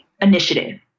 initiative